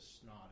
snot